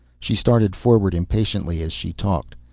she started forward impatiently as she talked.